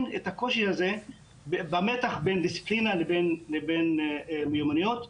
את הקושי הזה במתח בין דיסציפלינה לבין מיומנויות.